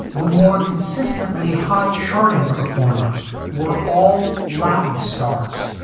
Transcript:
the more consistently high charting performers were all latin stars.